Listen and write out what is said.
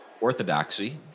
Orthodoxy